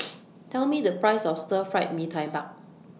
Tell Me The Price of Stir Fried Mee Tai Mak